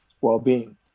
well-being